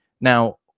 Now